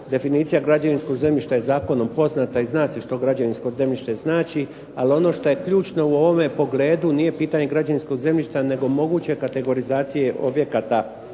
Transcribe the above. Definicija građevinskog zemljišta je zakonom poznata i zna se što građevinsko zemljište znači, ali ono šta je ključno u ovome pogledu nije pitanje građevinskog zemljišta, nego moguće kategorizacije objekata